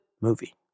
movie